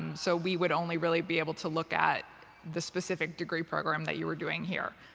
so we would only really be able to look at the specific degree program that you were doing here.